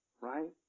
Right